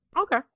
Okay